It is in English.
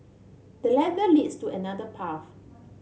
the ladder leads to another path